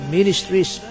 Ministries